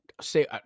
say